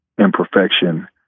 imperfection